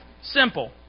simple